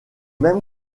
même